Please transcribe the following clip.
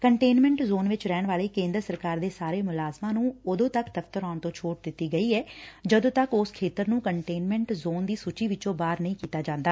containment zone ਵਿਚ ਰਹਿਣ ਵਾਲੇ ਕੇਦਰ ਸਰਕਾਰ ਦੇ ਸਾਰੇ ਮੁਲਾਜ਼ਮਾਂ ਨੂੰ ਉਦੋ ਤੱਕ ਦਫ਼ਤਰ ਆਉਣ ਤੋ ਛੋਟ ਦਿੱਤੀ ਗਈ ਐ ਜਦੋਂ ਤੱਕ ਉਸ ਖੇਤਰ ਨੂੰ ਕੰਟੇਨਮੈਂਟ ਜੋਨ ਦੀ ਸੂਚੀ ਚੋਂ ਬਾਹਰ ਨਹੀਂ ਕੀਤਾ ਜਾਂਦਾ